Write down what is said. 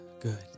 good